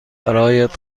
برایت